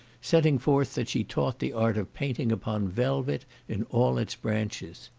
setting forth, that she taught the art of painting upon velvet in all its branches.